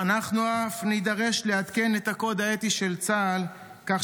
אנחנו אף נידרש לעדכן את הקוד האתי של צה"ל כך